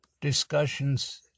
discussions